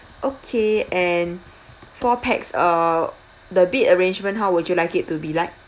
okay and four pax uh the bed arrangement how would you like it to be like